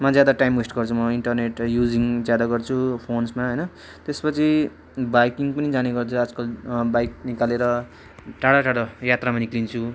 मा ज्यादा time waste गर्छु म इन्टरनेट युजिङ ज्यादा गर्छु फोन्समा होइन त्यसपछि बाइकिङ पनि जाने गर्छु आजकल बाइक निकालेर टाढा टाढा यात्रामा निक्लिन्छु